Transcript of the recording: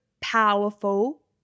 powerful